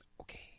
Okay